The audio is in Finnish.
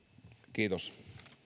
kiitos